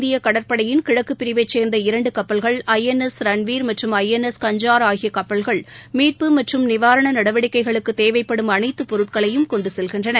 இந்திய கடற்படையின் கிழக்கு பிரிவைச் சேர்ந்த இரண்டு கப்பல்கள் ஐ என் எஸ் ரன்வீர் மற்றும் ஐ என் எஸ் கஞ்சார் ஆகிய கப்பல்கள் மீட்பு மற்றும் நிவாரண நடவடிக்கைகளுக்குத் தேவைப்படும் அனைத்து பொருட்களையும் கொண்டு செல்கின்றன